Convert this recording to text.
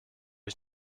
ich